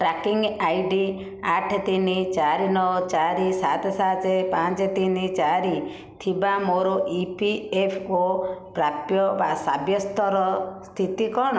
tracking ID ଆଠ ତିନି ଚାରି ନଅ ଚାରି ସାତ ସାତ ପାଞ୍ଚ ତିନି ଚାରି ଥିବା ମୋର ଇ ପି ଏଫ୍ ଓ ପ୍ରାପ୍ୟ ସାବ୍ୟସ୍ତର ସ୍ଥିତି କ'ଣ